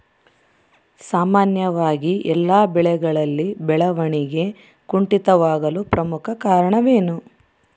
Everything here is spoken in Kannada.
ಸಾಮಾನ್ಯವಾಗಿ ಎಲ್ಲ ಬೆಳೆಗಳಲ್ಲಿ ಬೆಳವಣಿಗೆ ಕುಂಠಿತವಾಗಲು ಪ್ರಮುಖ ಕಾರಣವೇನು?